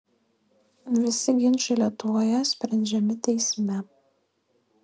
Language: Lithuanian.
visi ginčai lietuvoje sprendžiami teisme